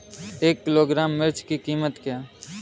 एक किलोग्राम मिर्च की कीमत क्या है?